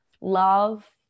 love